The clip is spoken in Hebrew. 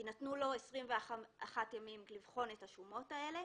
יינתנו לו 21 ימים לבחון את השומות האלה,